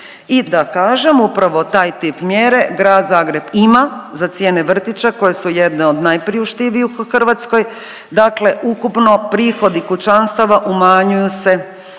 I da kažem, upravo taj tip mjere Grad Zagreb ima za cijene vrtića koje su jedne od najpriuštivijih u Hrvatskoj dakle ukupno prihodi kućanstava umanjuju se